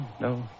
No